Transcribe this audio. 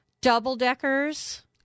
double-deckers